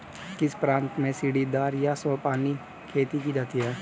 किस प्रांत में सीढ़ीदार या सोपानी खेती की जाती है?